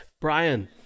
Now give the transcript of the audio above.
brian